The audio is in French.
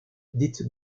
dite